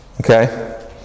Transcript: Okay